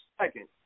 second